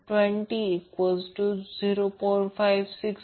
56 K हा 0